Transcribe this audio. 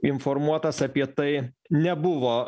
informuotas apie tai nebuvo